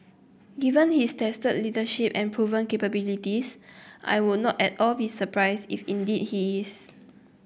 given his tested leadership and proven capabilities I would not at all be surprised if indeed he is